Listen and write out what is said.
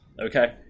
Okay